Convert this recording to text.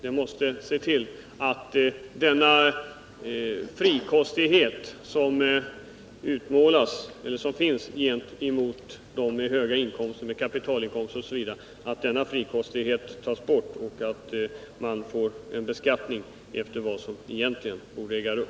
Vi måste se till att den frikostighet som finns gentemot människor med höga inkomster och kapitalinkomster tas bort och att man får en sådan beskattning som egentligen borde äga rum.